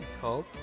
called